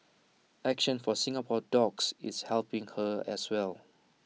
action for Singapore dogs is helping her as well